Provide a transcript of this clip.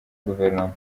guverinoma